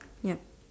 yup